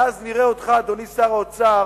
ואז נראה אותך, אדוני שר האוצר,